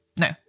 No